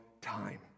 time